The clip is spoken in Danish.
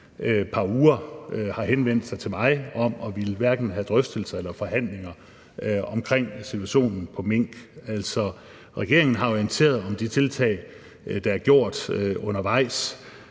par uger har henvendt sig til mig om at ville have drøftelser eller forhandlinger om situationen med mink. Regeringen har orienteret om de tiltag, der er gjort undervejs,